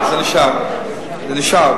זה נשאר, זה נשאר.